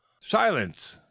silence